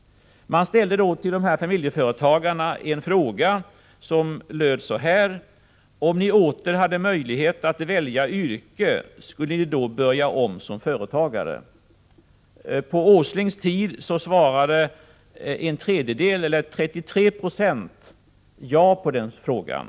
Man ställde en fråga med följande lydelse till familjeföretagarna: Om ni åter hade möjlighet att välja yrke, skulle ni då börja om som företagare? På Åslings tid svarade en tredjedel, 33 26, ja på den frågan.